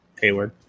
Hayward